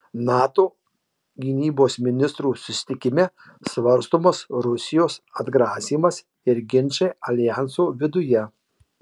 nato gynybos ministrų susitikime svarstomas rusijos atgrasymas ir ginčai aljanso viduje